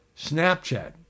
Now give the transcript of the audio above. Snapchat